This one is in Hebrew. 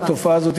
התופעה הזאת,